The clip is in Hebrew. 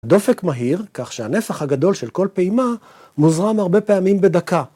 דופק מהיר כך שהנפח הגדול של כל פעימה מוזרם הרבה פעמים בדקה.